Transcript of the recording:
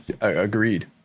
agreed